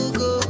go